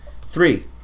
Three